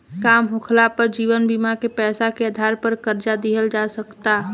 काम होखाला पर जीवन बीमा के पैसा के आधार पर कर्जा लिहल जा सकता